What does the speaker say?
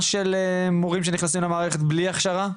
של מורים שנכנסים למערכת בלי הכשרה?